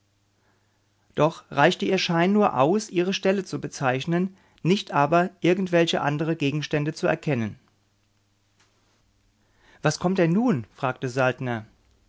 doch reichte ihr schein nur aus ihre stelle zu bezeichnen nicht aber irgendwelche andere gegenstände zu erkennen was kommt denn nun fragte